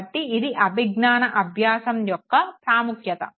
కాబట్టి ఇది అభిజ్ఞాన అభ్యాసం యొక్క ప్రాముఖ్యత